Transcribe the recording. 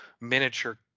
miniature